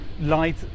light